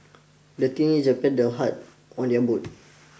the teenager paddled hard on their boat